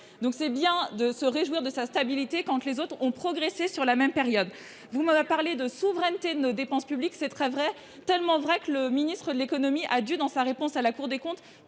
donc c'est bien de se réjouir de sa stabilité, Kant, les autres ont progressé sur la même période, vous m'avez parlé de souveraineté nos dépenses publiques, c'est très vrai, tellement vrai que le ministre de l'économie à Dieu dans sa réponse à la Cour des comptes